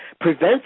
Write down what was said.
prevents